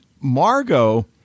Margot